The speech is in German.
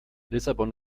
lissabon